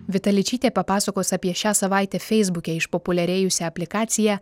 vita ličytė papasakos apie šią savaitę feisbuke išpopuliarėjusią aplikaciją